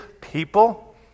people